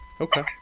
Okay